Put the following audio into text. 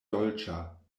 dolĉa